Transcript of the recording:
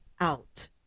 out